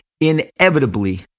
inevitably